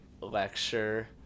lecture